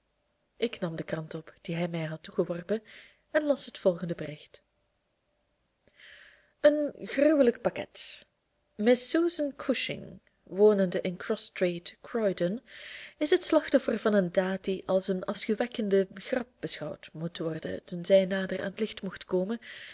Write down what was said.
ik nam de krant op die hij mij had toegeworpen en las het volgende bericht een gruwelijk pakket miss susan cushing wonende in cross-street croydon is het slachtoffer van een daad die als een afschuwwekkende grap beschouwd moet worden tenzij nader aan t licht mocht komen